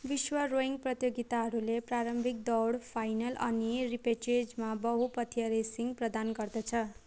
विश्व रोइङ प्रतियोगिताहरूले प्रारम्भिक दौड फाइनल अनि रिपेचेजमा बहुपथीय रेसिङ प्रदान गर्दछ